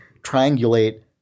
triangulate